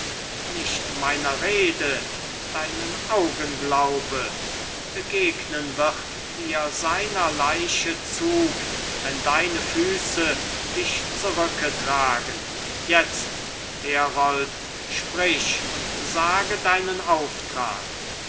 nicht meiner rede deinen augen glaube begegnen wird dir seiner leiche zug wenn deine füße dich zurücketragen jetzt herold sprich und sage deinen auftrag